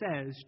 says